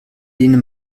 denen